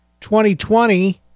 2020